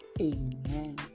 Amen